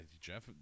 Jeff